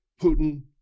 Putin